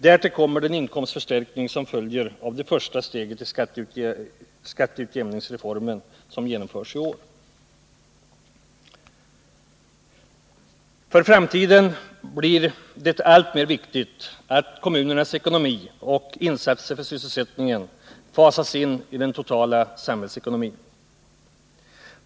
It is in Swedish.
Därtill kommer den inkomstförstärkning som följer av att det första steget i skatteutjämningsreformen genomförs i år. För framtiden blir det allt viktigare att kommunernas ekonomi och insatser för sysselsättningen fasas in i den totala samhällsekonomin.